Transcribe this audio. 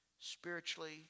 spiritually